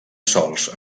sòls